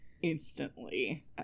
instantly